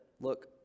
look